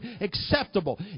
acceptable